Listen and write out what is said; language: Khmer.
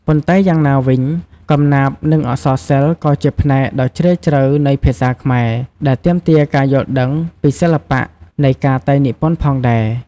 ប៉ុន្តែយ៉ាងណាវិញ កំណាព្យ និងអក្សរសិល្ប៍ ក៏ជាផ្នែកដ៏ជ្រាលជ្រៅនៃភាសាខ្មែរ ដែលទាមទារការយល់ដឹងពីសិល្បៈនៃការតែងនិពន្ធផងដែរ។